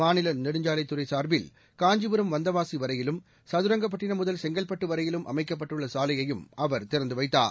மாநில நெடுஞ்சாலை துறை சார்பில் காஞ்சிபுரம் வந்தவாசி வரையிலும் சதுரங்கப்பட்டிணம் முதல் செங்கல்பட்டு வரையிலும் அமைக்கப்பட்டுள்ள சாலையையும் அவர் திறந்து வைத்தார்